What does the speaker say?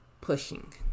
pushing